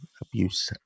abuse